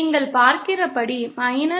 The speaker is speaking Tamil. நீங்கள் பார்க்கிறபடி 0